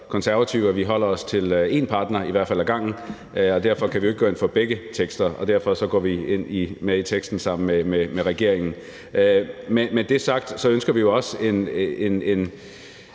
konservative, at vi holder os til én partner – i hvert fald ad gangen – og derfor kan vi jo ikke gå ind for begge vedtagelsestekster, og derfor går vi med i vedtagelsesteksten sammen med regeringen. Men med det sagt ønsker vi jo også en